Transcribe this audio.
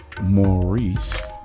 Maurice